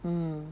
mm